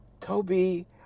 Toby